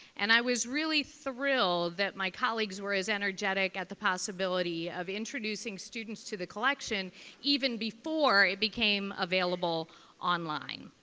and i was really thrilled that my colleagues were as energetic at the possibility of introducing students to the collection even before it became available online.